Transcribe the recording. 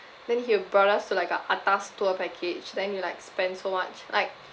then he brought us to like a atas tour package then we like spend so much like